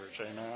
amen